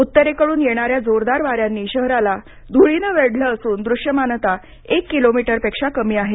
उत्तरेकडून येणाऱ्या जोरदार वाऱ्यांनी शहराला धुळीनं वेढलं असून दृश्यमानता एक किलोमीटरपेक्षा कमी आहे